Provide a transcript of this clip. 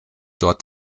dort